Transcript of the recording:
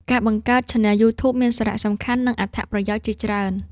ការបង្កើតឆានែលយូធូបមានសារៈសំខាន់ និងអត្ថប្រយោជន៍ជាច្រើន។